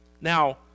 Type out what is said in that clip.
Now